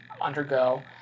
undergo